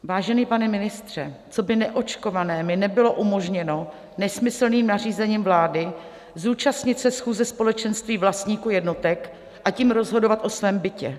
Vážený pane ministře, coby neočkované mi nebylo umožněno nesmyslným nařízením vlády zúčastnit se schůze společenství vlastníků jednotek, a tím rozhodovat o svém bytě.